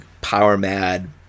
power-mad